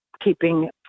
keeping